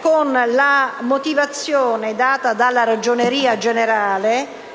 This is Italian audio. con la motivazione data dalla Ragioneria generale